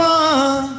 one